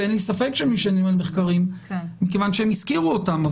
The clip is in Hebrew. אין לי ספק שהם נשענים על מחקרים מכיוון שהם הזכירו אותם,